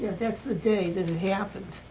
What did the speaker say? that's the day that it happened,